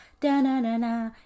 Da-na-na-na